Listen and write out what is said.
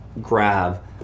grab